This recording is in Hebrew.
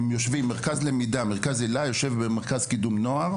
מרכז למידה ומרכז היל"ה, יושב במרכז קידום נוער,